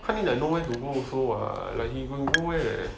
翰林 got nowhere to go also what he got nowhere